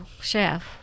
Chef